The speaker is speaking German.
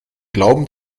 glauben